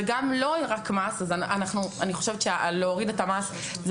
וגם אם לא יהיה רק מס אני חושבת שלהוריד את המס זה